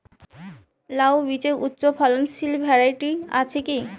লাউ বীজের উচ্চ ফলনশীল ভ্যারাইটি আছে কী?